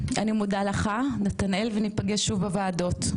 אני מודה לך נתנאל וניפגש שוב בוועדות.